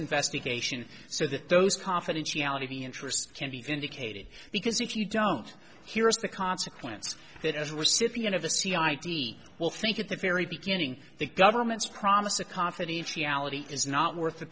investigation so that those confidentiality interests can be vindicated because if you don't here's the consequence that as we're sybian of the sea id will think at the very beginning the government's promise of confidentiality is not worth the